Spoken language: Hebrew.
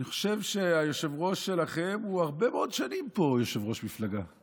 אני חושב שהיושב-ראש שלכם הוא הרבה מאוד שנים פה יושב-ראש מפלגה.